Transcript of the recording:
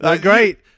Great